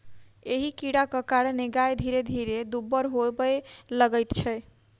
एहि कीड़ाक कारणेँ गाय धीरे धीरे दुब्बर होबय लगैत छै